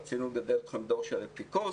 רצינו לגדל אתכם דור של אפיקורסים,